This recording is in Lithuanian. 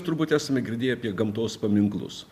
turbūt esame girdėję apie gamtos paminklus